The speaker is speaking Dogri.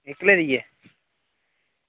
इक्कलै दी ऐ